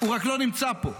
רק שהוא לא נמצא פה.